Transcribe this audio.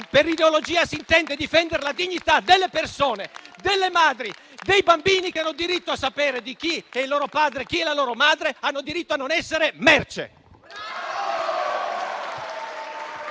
per ideologia si intende difendere la dignità delle persone, delle madri, dei bambini, che hanno diritto a sapere chi è il loro padre, chi è la loro madre, hanno diritto a non essere merce.